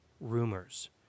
rumors